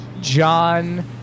john